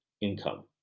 income